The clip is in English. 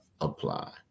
apply